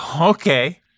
Okay